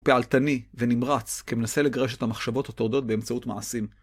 פעלתני ונמרץ כמנסה לגרש את המחשבות הטורדות באמצעות מעשים.